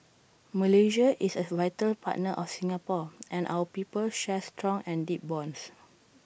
Malaysia is A vital partner of Singapore and our peoples share strong and deep bonds